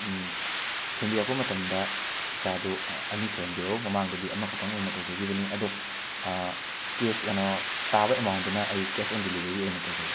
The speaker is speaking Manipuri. ꯊꯤꯟꯕꯤꯔꯛꯄ ꯃꯇꯝꯗ ꯄꯤꯖꯥꯗꯣ ꯑꯅꯤ ꯁꯨꯍꯟꯕꯤꯔꯛꯎ ꯃꯃꯥꯡꯗꯗꯤ ꯑꯃꯈꯛꯇꯪ ꯑꯣꯏꯅ ꯇꯧꯖꯈꯤꯕꯅꯤ ꯑꯗꯣ ꯀꯦꯁ ꯀꯅꯣ ꯇꯥꯕ ꯑꯦꯃꯥꯎꯟꯗꯨꯅ ꯑꯩ ꯀꯦꯁ ꯑꯣꯟ ꯗꯦꯂꯤꯕꯔꯤ ꯑꯣꯏꯅ ꯇꯧꯖꯒꯦ